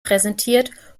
präsentiert